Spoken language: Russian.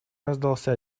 раздался